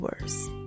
worse